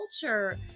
Culture